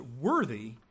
worthy